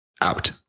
out